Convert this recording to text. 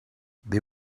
they